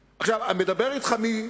מדבר אתך מי